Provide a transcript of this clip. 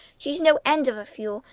she's no end of a fool,